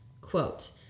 Quote